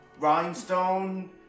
rhinestone